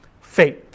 faith